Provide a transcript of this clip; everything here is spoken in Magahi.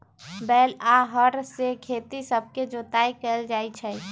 बैल आऽ हर से खेत सभके जोताइ कएल जाइ छइ